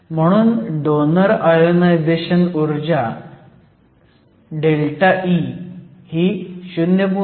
म्हणून donor ionization ऊर्जा ΔE ही 0